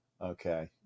Okay